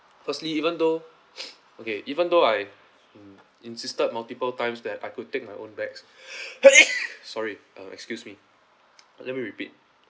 firstly even though okay even though I insisted multiple times that I could take my own bags sorry ah excuse me let me repeat